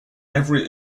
every